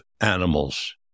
animals